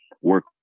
work